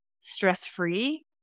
stress-free